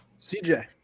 CJ